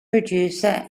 producer